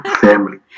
family